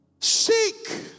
Seek